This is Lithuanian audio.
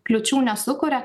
kliūčių nesukuria